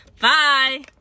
bye